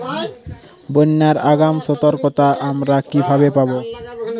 বন্যার আগাম সতর্কতা আমরা কিভাবে পাবো?